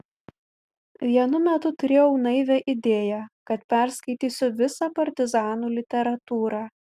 vienu metu turėjau naivią idėją kad perskaitysiu visą partizanų literatūrą